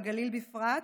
והגליל בפרט,